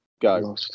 Go